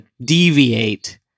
deviate